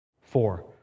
Four